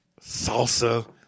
Salsa